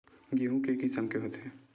गेहूं के किसम के होथे?